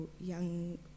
young